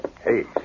Hey